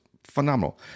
Phenomenal